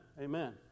Amen